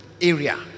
area